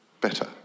better